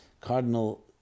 cardinal